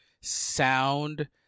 sound